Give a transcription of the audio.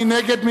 מי נגד?